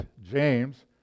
James